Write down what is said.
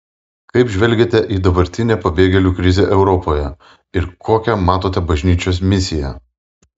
kaip žvelgiate į dabartinę pabėgėlių krizę europoje ir kokią matote bažnyčios misiją